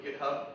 GitHub